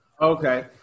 okay